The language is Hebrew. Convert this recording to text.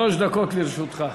שלוש דקות לרשותך.